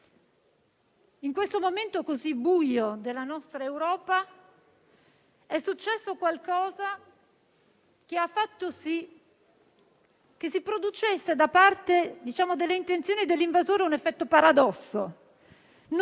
in questo momento così buio della nostra Europa, è successo qualcosa che ha fatto sì che si producesse, da parte delle intenzioni dell'invasore, un effetto paradosso.